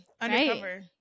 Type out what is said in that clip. undercover